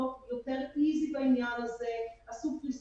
נוצר פה אי שוויון שמעמיק את הפערים האקדמיים.